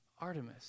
Artemis